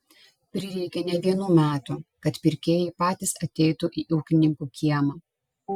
prireikė ne vienų metų kad pirkėjai patys ateitų į ūkininkų kiemą